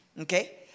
Okay